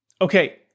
Okay